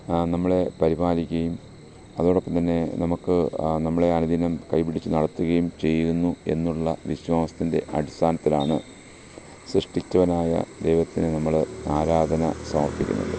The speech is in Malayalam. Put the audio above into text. നമ്മളെ പരിപാലിക്കുകയും അതോടൊപ്പം തന്നെ നമുക്ക് ആ നമ്മളെ അനുദിനം കൈപിടിച്ച് നടത്തുകയും ചെയ്യുന്നു എന്നുള്ള വിശ്വാസത്തിൻ്റെ അടിസ്ഥാനത്തിലാണ് സൃഷ്ടിച്ചവനായ ദൈവത്തിനെ നമ്മള് ആരാധന സമർപ്പിക്കുന്നത്